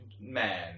man